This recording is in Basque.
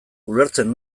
ulertzen